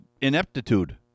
ineptitude